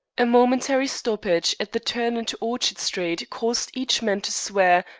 a momentary stoppage at the turn into orchard street caused each man to swear,